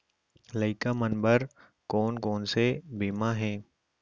लइका मन बर कोन कोन से बीमा हे?